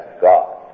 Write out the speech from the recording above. God